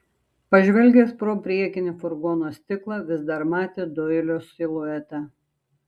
pažvelgęs pro priekinį furgono stiklą vis dar matė doilio siluetą